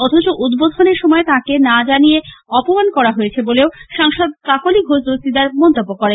অথচ উদ্বোধনের সময় তাঁকে না জানিয়ে অপমান করা হয়েছে বলেও সাংসদ কাকলি ঘওষ দস্তিদার জানান